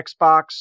Xbox